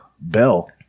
bell